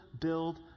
build